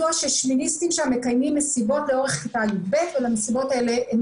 ששמיניסטים מקיימים מסיבות לאורך כיתה י"ב ולמסיבות האלה הם